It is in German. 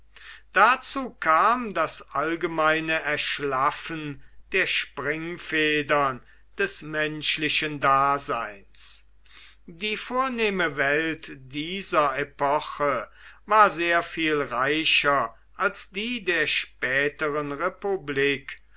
dazu kam das allgemeine erschlaffen der springfedern des menschlichen daseins die vornehme weit dieser epoche war sehr viel reicher als die der späteren republik